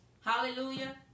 Hallelujah